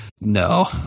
No